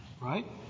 right